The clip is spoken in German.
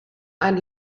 ein